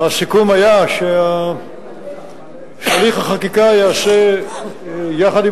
הסיכום היה שהליך החקיקה ייעשה יחד עם